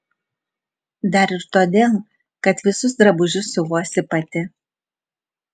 dar ir todėl kad visus drabužius siuvuosi pati